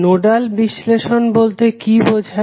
nodal বিশ্লেষণ বলতে কি বোঝায়